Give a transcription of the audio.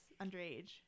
underage